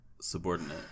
subordinate